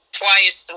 twice